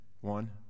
One